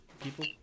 people